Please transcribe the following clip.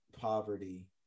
poverty